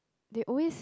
they always